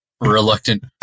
reluctant